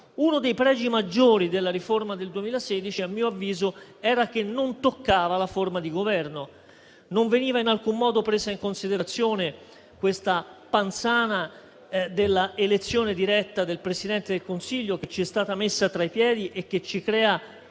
Uno dei pregi maggiori della riforma del 2016 - a mio avviso - era che non toccava la forma di Governo. Non veniva in alcun modo presa in considerazione la panzana della elezione diretta del Presidente del Consiglio che ci è stata messa tra i piedi e che ci crea